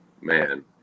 Man